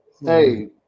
Hey